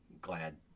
glad